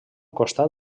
costat